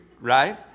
right